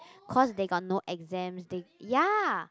cause they got no exams they ya